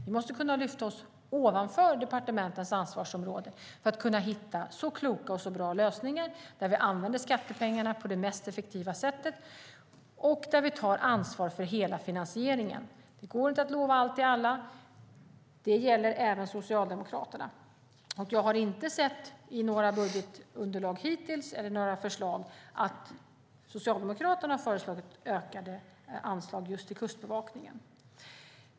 Vi måste lyfta oss ovanför departementens ansvarsområden för att kunna hitta bra och kloka lösningar där vi använder skattepengar på det mest effektiva sättet och där vi tar ansvar för hela finansieringen. Det går inte att lova allt till alla, och det gäller även Socialdemokraterna. Jag har hittills inte sett i några budgetunderlag eller förslag att Socialdemokraterna har föreslagit ökat anslag just till Kustbevakningen.